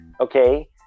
Okay